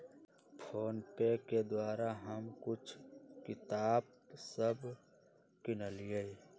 PhonePe के द्वारा हम कुछ किताप सभ किनलियइ